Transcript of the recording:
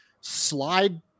slide